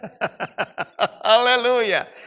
hallelujah